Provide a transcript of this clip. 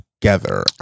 together